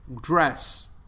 dress